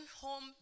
home